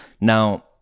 Now